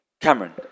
Cameron